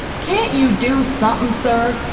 can't you do somethin', sir?